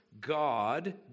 God